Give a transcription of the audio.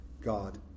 God